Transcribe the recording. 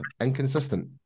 inconsistent